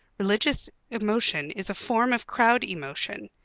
religious emotion is a form of crowd-emotion.